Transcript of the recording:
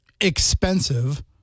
Expensive